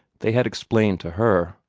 they had explained to her.